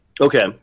Okay